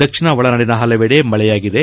ದಕ್ಷಿಣ ಒಳನಾಡಿನ ಹಲವೆಡೆ ಮಳೆಯಾಗಿದೆ